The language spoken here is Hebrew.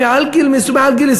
מעל גיל 28,